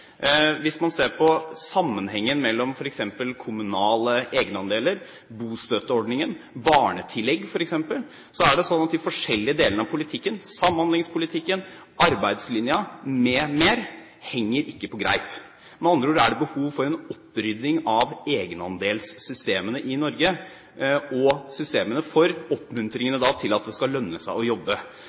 Hvis man ser på sammenhengen mellom f.eks. kommunale egenandeler, bostøtteordningen og barnetillegg, er det slik at de forskjellige delene av politikken, samhandlingspolitikken, arbeidslinja m.m., ikke henger på greip. Med andre ord er det behov for en opprydding i egenandelssystemene i Norge – også systemene for oppmuntringen til at det skal lønne seg å jobbe.